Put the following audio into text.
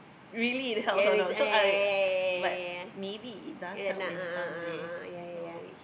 really it helps or not so I but maybe it does help in some way so